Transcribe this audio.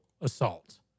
assault